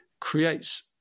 creates